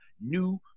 new